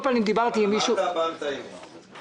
אבל אמרת הפעם את האמת ...